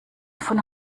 von